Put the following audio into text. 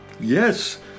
Yes